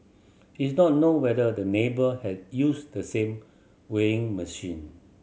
it's not known whether the neighbour had used the same weighing machine